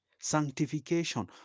sanctification